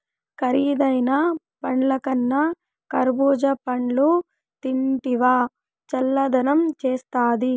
కరీదైన పండ్లకన్నా కర్బూజా పండ్లు తింటివా చల్లదనం చేస్తాది